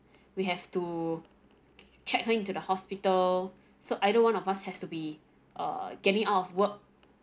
we have to check her into the hospital so either one of us has to be uh getting out of work